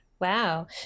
Wow